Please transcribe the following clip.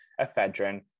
ephedrine